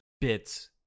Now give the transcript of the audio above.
bits